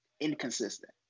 inconsistent